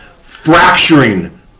fracturing